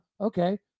okay